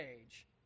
age